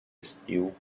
estiu